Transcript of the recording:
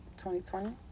2020